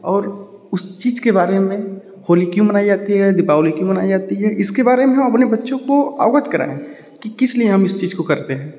और उस चीज़ के बारे में होली क्यों मनाई जाती है दीपावली क्यों मनाई जाती है इसके बारे में हम अपने बच्चों को अवगत कराएँ कि किसलिए हम इस चीज़ को करते हैं